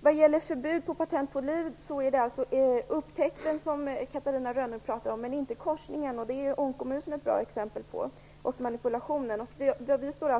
Vad gäller förbud mot patent på liv är det upptäckten som Catarina Rönnung talar om men inte korsningen. Det är onkomusen och manipulationen ett bra exempel på.